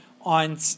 on